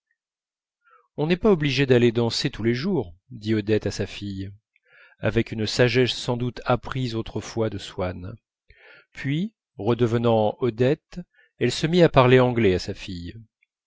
on n'est pas obligé d'aller danser tous les jours dit odette à sa fille avec une sagesse sans doute apprise autrefois de swann puis redevenant odette elle se mit à parler anglais à sa fille